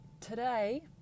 Today